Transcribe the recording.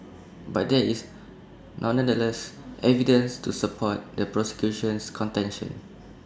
but there is nonetheless evidence to support the prosecution's contention